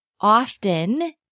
Often